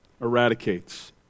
eradicates